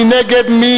מי נגד?